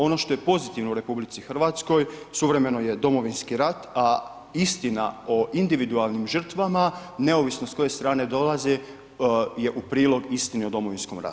Ono što je pozitivno u RH suvremeno je Domovinski rat, a istina o individualnim žrtvama, neovisno s koje strane dolazi je u prilog istini o Domovinskom ratu.